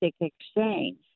exchange